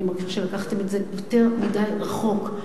אני מרגישה שלקחתם את זה יותר מדי רחוק.